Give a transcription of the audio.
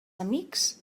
amics